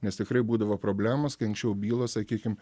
nes tikrai būdavo problemos kai anksčiau bylos sakykim